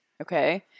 Okay